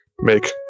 make